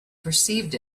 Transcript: perceived